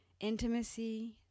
Intimacy